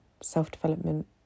Self-development